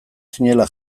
zinela